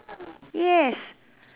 yes